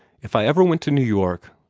if i ever went to new york,